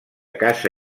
casa